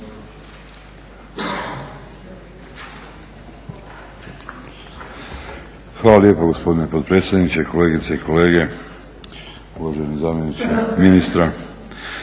Hvala lijepo gospodine potpredsjedniče, kolegice i kolege, uvaženi zamjeniče ministra.